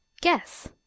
Guess